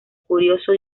curioso